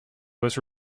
was